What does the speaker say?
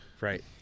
right